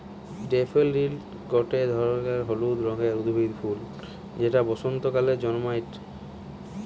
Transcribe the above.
daffodil গটে ধরণকার হলুদ রঙের উদ্ভিদের ফুল যেটা বসন্তকালে জন্মাইটে